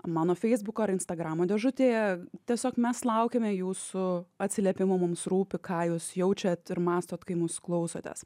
mano feisbuko ar instagramo dėžutėje tiesiog mes laukiame jūsų atsiliepimų mums rūpi ką jūs jaučiat ir mąstot kai mus klausotės